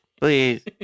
Please